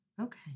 Okay